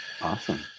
awesome